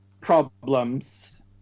problems